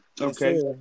Okay